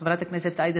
חברת הכנסת לאה פדידה,